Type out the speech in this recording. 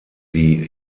die